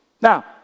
Now